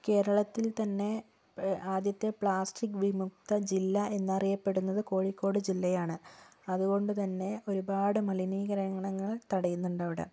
കേരളത്തിൽ തന്നെ ആദ്യത്തെ പ്ലാസ്റ്റിക് വിമുക്ത ജില്ല എന്നറിയപ്പെടുന്നത് കോഴിക്കോട് ജില്ലയാണ് അതുകൊണ്ടുതന്നെ ഒരുപാട് മലിനീകരണങ്ങൾ തടയുന്നുണ്ടവിടെ